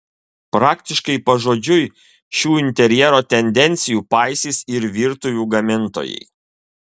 praktiškai pažodžiui šių interjero tendencijų paisys ir virtuvių gamintojai